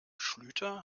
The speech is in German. schlüter